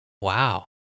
Wow